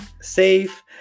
safe